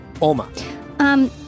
Oma